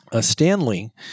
Stanley